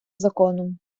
законом